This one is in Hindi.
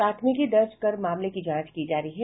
प्राथमिकी दर्ज कर मामले की जांच की जा रही है